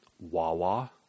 Wawa